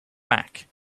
back